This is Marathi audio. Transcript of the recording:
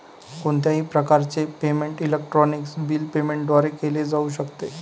कोणत्याही प्रकारचे पेमेंट इलेक्ट्रॉनिक बिल पेमेंट द्वारे केले जाऊ शकते